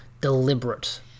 deliberate